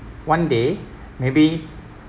one day maybe